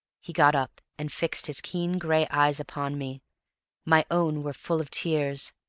he got up and fixed his keen gray eyes upon me my own were full of tears,